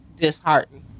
disheartened